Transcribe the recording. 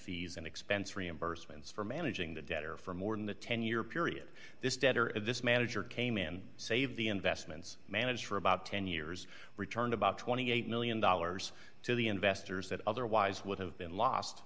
fees and expense reimbursements for managing the debtor for more than a ten year period this debtor and this manager came and saved the investments managed for about ten years returned about twenty eight million dollars to the investors that otherwise would have been lost